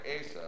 Asa